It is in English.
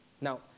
Now